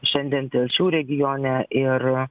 šiandien telšių regione ir